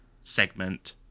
segment